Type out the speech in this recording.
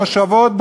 במושבות,